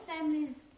families